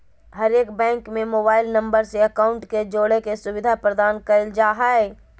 हरेक बैंक में mobile number से अकाउंट के जोड़े के सुविधा प्रदान कईल जा हइ